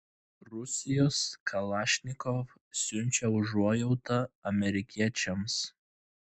rusijos kalašnikov siunčia užuojautą amerikiečiams